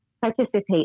participate